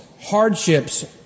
hardships